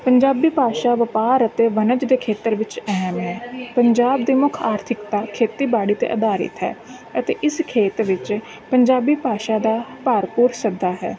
ਪੰਜਾਬੀ ਭਾਸ਼ਾ ਵਪਾਰ ਅਤੇ ਵਣਜ ਦੇ ਖੇਤਰ ਵਿੱਚ ਅਹਿਮ ਹੈ ਪੰਜਾਬ ਦੀ ਮੁੱਖ ਆਰਥਿਕਤਾ ਖੇਤੀਬਾੜੀ 'ਤੇ ਅਧਾਰਿਤ ਹੈ ਅਤੇ ਇਸ ਖੇਤ ਵਿੱਚ ਪੰਜਾਬੀ ਭਾਸ਼ਾ ਦਾ ਭਰਪੂਰ ਸੱਦਾ ਹੈ